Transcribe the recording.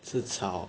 吃草